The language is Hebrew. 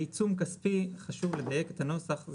בעיצום כספי חשוב לדייק את הנוסח,